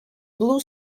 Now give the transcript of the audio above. blue